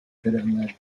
pèlerinage